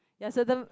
ya certain